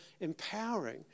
empowering